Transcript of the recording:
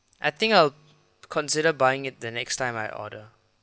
I think I'll consider buying it the next time I order